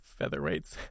featherweights